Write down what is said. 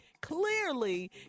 clearly